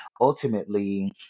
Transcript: ultimately